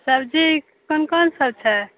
सब्जी कोन कोन सभ छै